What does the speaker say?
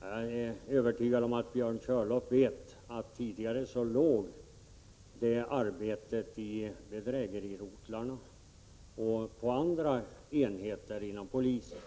Jag är övertygad om att Björn Körlof vet att det arbetet tidigare gjordes på bedrägerirotlarna och andra enheter inom polisen.